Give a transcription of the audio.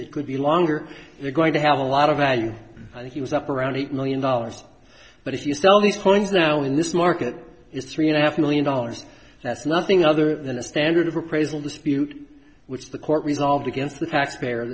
it could be longer they're going to have a lot of value i think he was up around eight million dollars but if you sell these coins now in this market is three and a half million dollars that's nothing other than a standard of appraisal dispute which the court resolved against the taxpayer